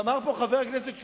ואמר פה חבר הכנסת שטרית: